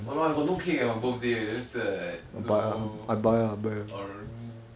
!walao! I got no cake for my birthday damn sad no err